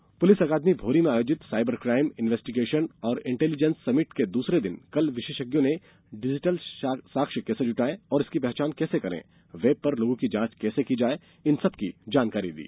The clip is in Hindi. police summit police academy Bhauri में आयोजित सायबर क्राइम इन्वेस्टीगेशन और इंटेलीजेंस समिट के दूसरे दिन कल विशेषज्ञों ने डिजिटल साक्ष्य कैसे जुटाएँ और इनकी पहचान कैसे करें वेब पर लोगों की जांच कैसे की जाए इन सब की जानकारी दी